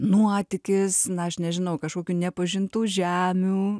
nuotykis na aš nežinau kažkokių nepažintų žemių